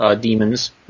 demons